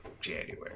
january